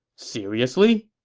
seriously?